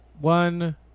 one